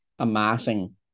amassing